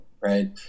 Right